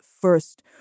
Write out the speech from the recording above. first